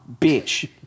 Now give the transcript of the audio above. bitch